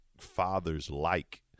fathers-like